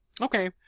Okay